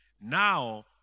now